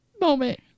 moment